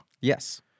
Yes